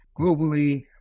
globally